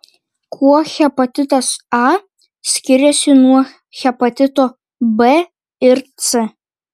kuo hepatitas a skiriasi nuo hepatito b ir c